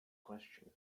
question